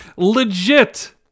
legit